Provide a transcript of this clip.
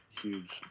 huge